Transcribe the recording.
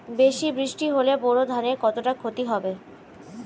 বেশি বৃষ্টি হলে বোরো ধানের কতটা খতি হবে?